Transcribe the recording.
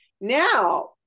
Now